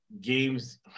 Games